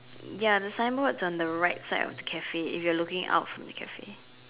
ya the signboard is on the right side of the Cafe if you are looking out from the Cafe